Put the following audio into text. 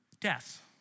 death